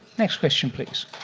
next question please?